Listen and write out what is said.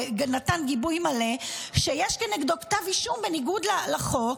נתן גיבוי מלא כשיש כנגדו כתב אישום בניגוד לחוק,